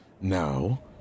now